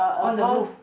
on the roof